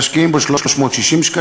משקיעים בו 360 שקלים,